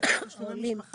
עולים.